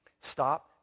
stop